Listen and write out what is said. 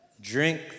Drink